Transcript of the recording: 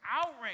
outrage